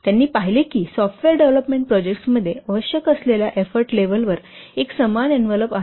त्यांनी पाहिले की सॉफ्टवेअर डेव्हलपमेंट प्रोजेक्ट्समध्ये आवश्यक असलेल्या एफ्फोर्ट लेव्हल वर एक समान इन्व्हलोप असतो